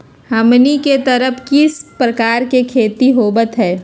हमनी के तरफ किस किस प्रकार के खेती होवत है?